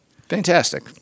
Fantastic